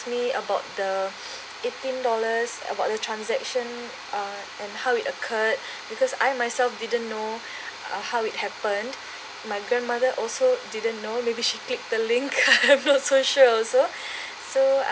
me about the eighteen dollars about the transaction uh and how it occurred because I myself didn't know uh how it happened my grandmother also didn't know maybe she click the link I'm not so sure also so